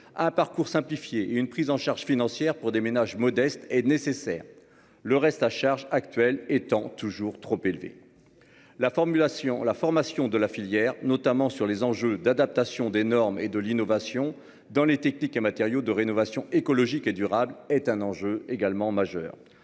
Ah parcours simplifié une prise en charge financière pour des ménages modestes et nécessaire, le reste à charge actuelle étant toujours trop élevé. La formulation la formation de la filière, notamment sur les enjeux d'adaptation des normes et de l'innovation dans les techniques et matériaux de rénovation écologique et durable est un enjeu également majeur